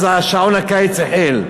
אז שעון הקיץ החל.